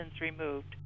removed